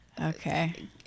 okay